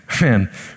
man